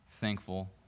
thankful